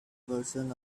version